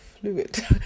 fluid